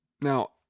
Now